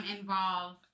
involve